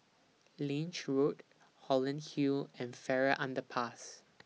Lange Road Holland Hill and Farrer Underpass